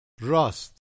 Rust